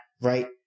right